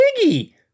Piggy